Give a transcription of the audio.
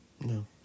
No